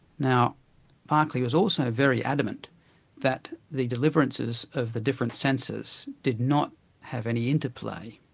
now berkeley is also very adamant that the deliverances of the different senses did not have any interplay,